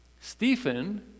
Stephen